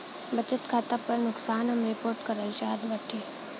बचत खाता पर नुकसान हम रिपोर्ट करल चाहत बाटी